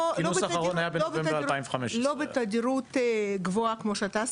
לא בתדירות גבוהה כמו שאתה עשית.